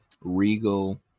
regal